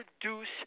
produce